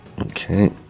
Okay